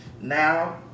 now